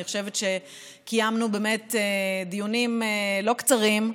אני חושבת שקיימנו באמת דיונים לא קצרים,